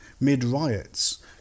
mid-riots